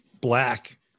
black